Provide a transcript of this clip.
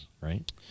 right